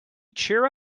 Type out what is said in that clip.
cheer